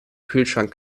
kühlschrank